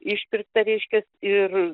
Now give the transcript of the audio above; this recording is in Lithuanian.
išpirkta reiškias ir